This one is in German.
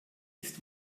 ist